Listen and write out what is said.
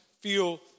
feel